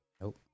Nope